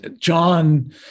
John